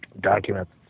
documents